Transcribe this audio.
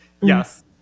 Yes